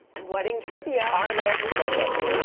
wedding trivia. i'm an expert on weddings.